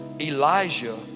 Elijah